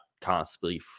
constantly